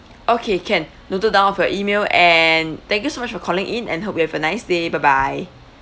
okay can noted down of your email and thank you so much for calling in and hope you have a nice day bye bye